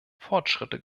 fortschritte